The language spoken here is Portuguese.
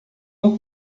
não